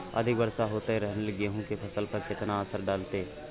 अधिक वर्षा होयत रहलनि ते गेहूँ के फसल पर केतना असर डालतै?